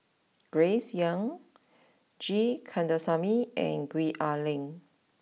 Grace young G Kandasamy and Gwee Ah Leng